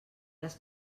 les